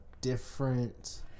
different